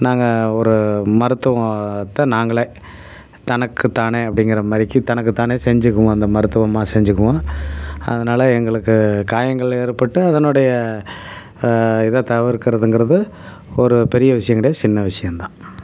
நாங்கள் ஒரு மருத்துவத்தை நாங்களே தனக்கு தானே அப்படிங்கிற மாதிரிக்கி தனக்கு தானே செஞ்சுக்குவோம் அந்த மருத்துவமாக செஞ்சுக்குவோம் அதனால் எங்களுக்கு காயங்கள் ஏற்பட்டு அதனுடைய இதை தவிர்க்கிறதுங்கறது ஒரு பெரிய விஷயம் கிடையாது சின்ன விஷயம் தான்